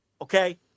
Okay